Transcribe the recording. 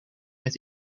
met